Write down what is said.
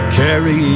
carry